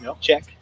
Check